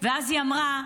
ואז היא אמרה: